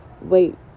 wait